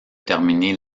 terminer